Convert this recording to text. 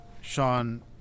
Sean